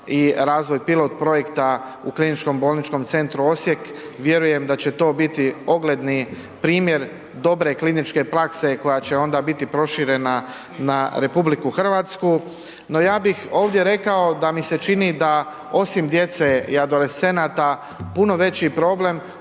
i razvoj pilot-projekta u KBC-u Osijek, vjerujem da će to biti ogledni primjer dobre kliničke prakse koja će onda biti proširena na RH, no ja bih ovdje rekao da mi se čini da, osim djece i adolescenata, puno veći problem